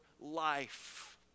life